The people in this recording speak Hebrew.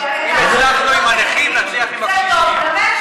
נצליח גם עם הקשישים.